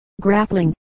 grappling